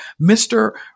Mr